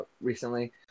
recently